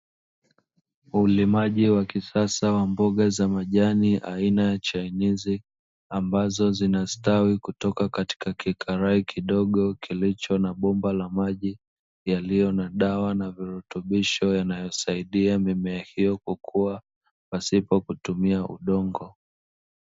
Ulimaji wa kisasa wa mboga za majani aina ya "chinese", ambazo zinastawi kutoka katika kikarai kidogo kilicho na bomba la maji yaliyo na dawa na virutubisho yanayosaidia mimea hiyo kwa kuwa pasipo kutumia udongo.